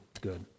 good